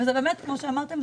כמו שאמרתם,